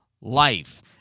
life